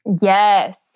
Yes